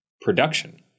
production